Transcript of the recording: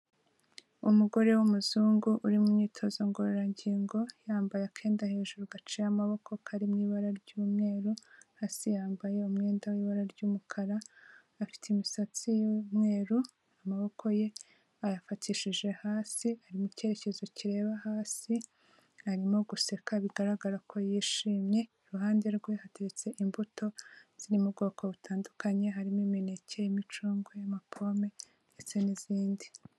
Umugore w'umuzungu uri mu myitozo ngororangingo yambaye akenda hejuru gaciye amaboko kari mu ibara ry'umweru, hasi yambaye umwenda w'ibara ry'umukara, afite imisatsi y'umweru, amaboko ye ayafatishije hasi ari mu cyerekezo kireba hasi arimo guseka bigaragara ko yishimye, iruhande rwe hateretse imbuto ziri mu bwoko butandukanye harimo imineke, harimo icunga, pome ndetse n'izindi.